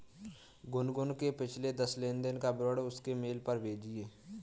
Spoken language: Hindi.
गुनगुन के पिछले दस लेनदेन का विवरण उसके मेल पर भेजिये